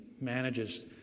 manages